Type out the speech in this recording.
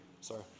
Sorry